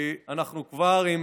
אנחנו כבר עם